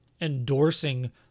endorsing